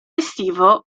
estivo